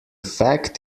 fact